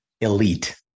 elite